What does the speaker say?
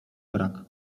brak